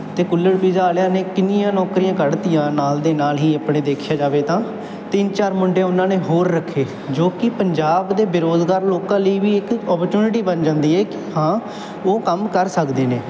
ਅਤੇ ਕੁੱਲੜ ਪੀਜ਼ਾ ਵਾਲਿਆਂ ਨੇ ਕਿੰਨੀਆਂ ਨੌਕਰੀਆਂ ਕੱਢ ਤੀਆਂ ਨਾਲ ਦੇ ਨਾਲ ਹੀ ਆਪਣੇ ਦੇਖਿਆ ਜਾਵੇ ਤਾਂ ਤਿੰਨ ਚਾਰ ਮੁੰਡੇ ਉਹਨਾਂ ਨੇ ਹੋਰ ਰੱਖੇ ਜੋ ਕਿ ਪੰਜਾਬ ਦੇ ਬੇਰੁਜ਼ਗਾਰ ਲੋਕਾਂ ਲਈ ਵੀ ਇੱਕ ਓਪਰਚੁਨਿਟੀ ਬਣ ਜਾਂਦੀ ਹੈ ਕਿ ਹਾਂ ਉਹ ਕੰਮ ਕਰ ਸਕਦੇ ਨੇ